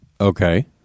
Okay